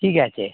ঠিক আছে